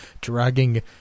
dragging